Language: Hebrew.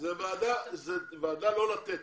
זו ועדה לא לתת.